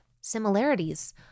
similarities